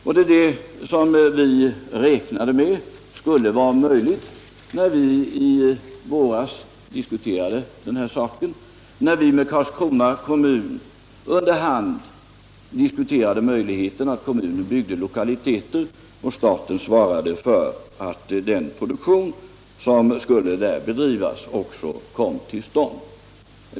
Det är det som vi räknade med skulle vara möjligt när vi i våras diskuterade den här saken, när vi med Karlskrona kommun under hand diskuterade möjligheten att kommunen byggde lokaliteter och staten svarade för att den produktion som där skulle bedrivas också kom till stånd.